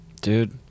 Dude